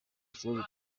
kibazo